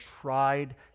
tried